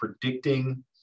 predicting